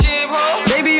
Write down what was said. Baby